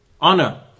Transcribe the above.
honor